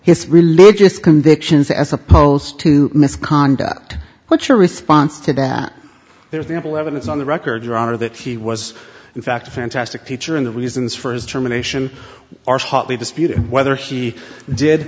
his religious convictions as opposed to misconduct what's your response to that there's ample evidence on the record your honor that he was in fact a fantastic teacher in the reasons for his termination hotly disputed whether she did